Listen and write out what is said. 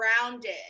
grounded